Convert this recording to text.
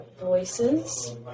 Voices